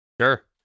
Sure